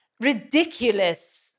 ridiculous